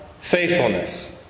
faithfulness